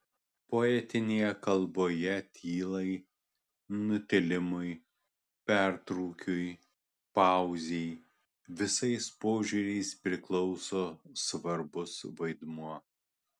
poetinėje kalboje tylai nutilimui pertrūkiui pauzei visais požiūriais priklauso svarbus vaidmuo